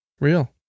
Real